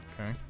Okay